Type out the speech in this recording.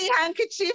Handkerchief